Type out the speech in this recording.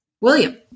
William